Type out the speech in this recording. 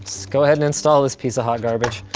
so go ahead and install this piece a hot garbage.